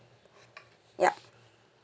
yup